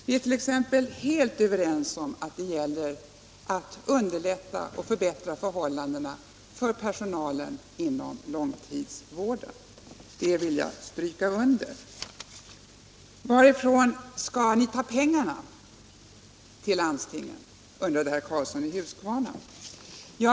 Vi är t.ex. helt överens om att det gäller att förbättra förhållandena för personalen inom långtidsvården, det vill jag stryka under. Varifrån skall ni ta pengarna till landstingen? undrade herr Karlsson i Huskvarna.